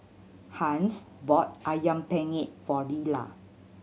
Hans bought Ayam Penyet for Leala